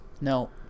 No